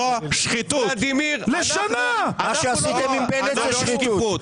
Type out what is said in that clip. מה שעשיתם עם בנט זו שחיתות.